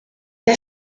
der